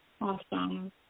Awesome